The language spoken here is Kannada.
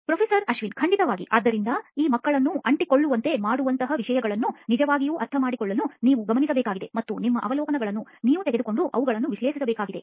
ಪ್ರೊಫೆಸರ್ ಅಶ್ವಿನ್ ಖಂಡಿತವಾಗಿ ಆದ್ದರಿಂದ ಈ ಮಕ್ಕಳನ್ನು ಅಂಟಿಕೊಳ್ಳುವಂತೆ ಮಾಡುವಂತಹ ವಿಷಯಗಳನ್ನು ನಿಜವಾಗಿಯೂ ಅರ್ಥಮಾಡಿಕೊಳ್ಳಲು ನೀವು ಗಮನಿಸಬೇಕಾಗಿದೆ ಮತ್ತು ನಿಮ್ಮ ಅವಲೋಕನಗಳನ್ನು ನೀವು ತೆಗೆದುಕೊಂಡು ಅವುಗಳನ್ನು ವಿಶ್ಲೇಷಿಸಬೇಕಾಗಿದೆ